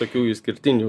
tokių išskirtinių